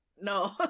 no